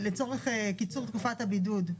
לצורך קיצור תקופת הבידוד.